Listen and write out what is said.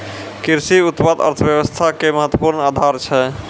कृषि उत्पाद अर्थव्यवस्था के महत्वपूर्ण आधार छै